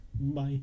Bye